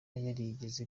yarigeze